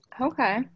okay